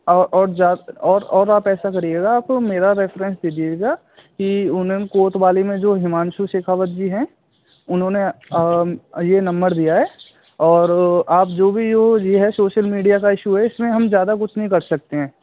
औ और ज्या और और आप ऐसा करिएगा तो मेरा रेफेरेंस दे दिएगा कि उन्हें कोतवाली में जो हिमांशु शेखावत जी हें उन्होंने यह नमबेर दिया है और आप जो भी यो यह है शोशल मीडिया का इशू है इसमें हम ज़्यादा कुछ नहीं कर सकते हैं